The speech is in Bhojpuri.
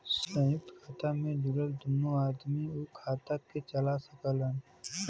संयुक्त खाता मे जुड़ल दुन्नो आदमी उ खाता के चला सकलन